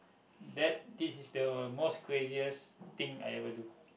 that this is the most craziest thing I ever do